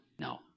No